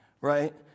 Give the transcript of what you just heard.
right